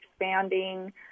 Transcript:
expanding